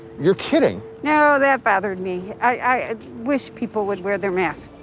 you're kidding? no. that bothered me. i wish people would wear their mask.